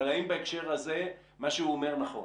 אבל האם בהקשר הזה מה שהוא אומר הוא נכון?